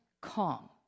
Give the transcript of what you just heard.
calm